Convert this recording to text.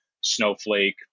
Snowflake